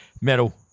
metal